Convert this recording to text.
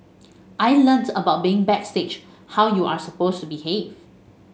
I learnt about being backstage how you are supposed to behave